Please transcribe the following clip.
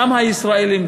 גם הישראלים,